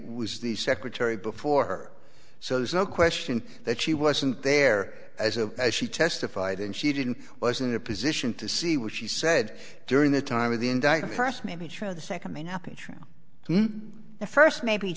was the secretary before so there's no question that she wasn't there as a as she testified and she didn't was in a position to see what she said during the time of the indictment first maybe